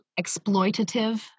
exploitative